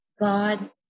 God